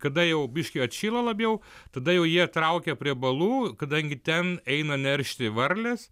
kada jau biškį atšyla labiau tada jau jie traukia prie balų kadangi ten eina neršti varlės